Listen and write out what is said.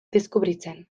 deskubritzen